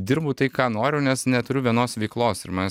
dirbu tai ką noriu nes neturiu vienos veiklos ir manęs